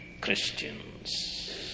Christians